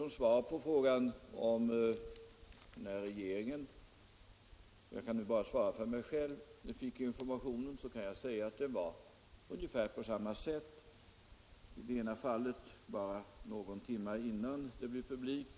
Som svar på frågan när regeringen fick informationen kan jag säga —- jag kan nu bara svara för mig själv — att det tillgick på ungefär samma sätt. I ena fallet fick jag beskedet någon timme innan det blev publikt.